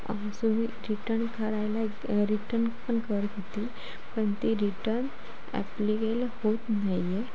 return करायला return पण करत होते पण ते रिटन ॲप्लिकेल होत नाही आहे